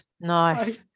nice